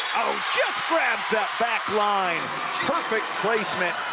just grabs the back line perfect placement.